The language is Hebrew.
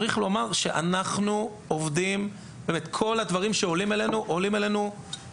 צריך לומר שאנחנו עובדים וכל הדברים עולים אלינו מהמינהל.